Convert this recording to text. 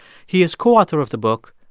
he is co-author of the book,